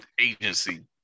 agency